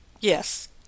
Yes